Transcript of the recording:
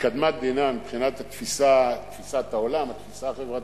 מקדמת דנא, מבחינת תפיסת העולם, התפיסה החברתית,